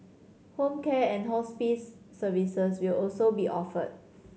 home care and hospice services will also be offered